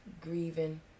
grieving